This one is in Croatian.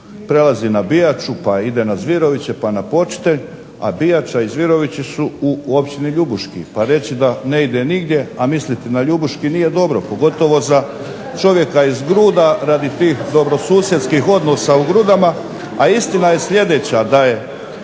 prelazi na Bijaču, pa ide na Zviroviće pa na …/Govornik se ne razumije./… a Bijača i Zvirovići su u Općini Ljubuški pa reći da ne ide nigdje, a misliti na Ljubuški nije dobro, pogotovo za čovjeka iz Gruda radi tih dobrosusjedskih odnosa u Grudama. A istina je sljedeća, da je